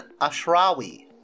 Ashrawi